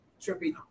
trippy